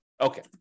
Okay